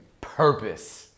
Purpose